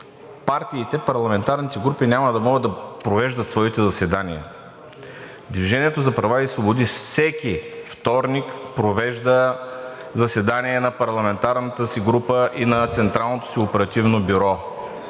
вторник парламентарните групи няма да могат да провеждат своите заседания. „Движение за права и свободи“ всеки вторник провежда заседание на парламентарната си група и на централното си оперативно бюро.